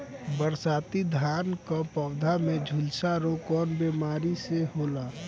बासमती धान क पौधा में झुलसा रोग कौन बिमारी से होला?